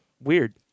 weird